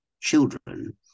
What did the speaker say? children